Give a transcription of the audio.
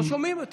לא שומעים,